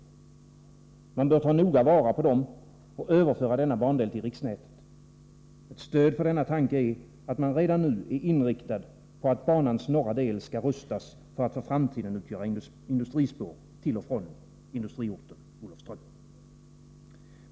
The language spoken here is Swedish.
Man bör noga ta vara på dem och överföra denna bandel till riksnätet. Ett stöd för denna tanke är att man redan nu är inriktad på att banans norra del skall rustas för att för framtiden utgöra industrispår till och från industriorten Olofström.